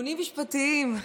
טיעונים משפטיים,